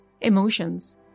Emotions